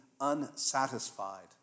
unsatisfied